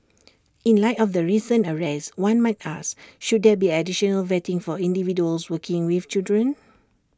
in light of the recent arrest one might ask should there be additional vetting for individuals working with children